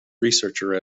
researcher